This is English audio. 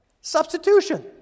substitution